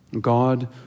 God